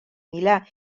milà